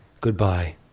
Goodbye